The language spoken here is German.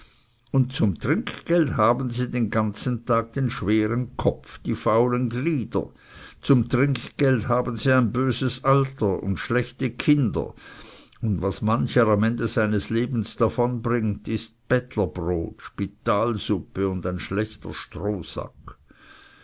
und zum trinkgeld haben sie den ganzen tag den schweren kopf die faulen glieder zum trinkgeld haben sie ein böses alter und schlechte kinder und was mancher am ende seines lebens davonbringt ist bettlerbrot spitalsuppe und ein schlechter strohsack